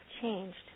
changed